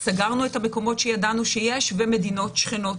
סגרנו את המקומות שידענו שיש ומדינות שכנות,